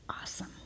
awesome